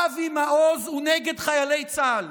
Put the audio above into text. אבי מעוז הוא נגד חיילי צה"ל,